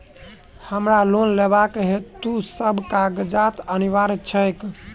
हमरा लोन लेबाक हेतु की सब कागजात अनिवार्य छैक?